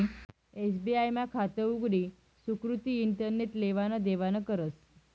SBI मा खातं उघडी सुकृती इंटरनेट लेवान देवानं करस